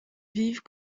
vives